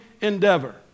endeavor